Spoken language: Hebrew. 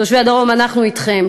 תושבי הדרום, אנחנו אתכם.